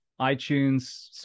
iTunes